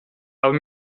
aber